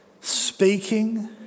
speaking